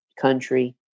country